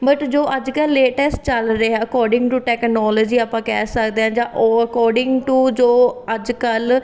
but ਜੋ ਅੱਜ ਕੱਲ੍ਹ ਲੇਟੈਸਟ ਚੱਲ ਰਿਹਾ ਅਕੋਰਡਿੰਗ ਟੂ ਟੈਕਨੋਲੋਜੀ ਆਪਾਂ ਕਹਿ ਸਕਦੇ ਹਾਂ ਜਾਂ ਉਹ ਅਕੋਰਡਿੰਗ ਟੂ ਜੋ ਅੱਜ ਕੱਲ੍ਹ